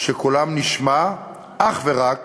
שקולם נשמע אך ורק